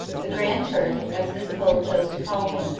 the grand turk, as miss pole chose to call him,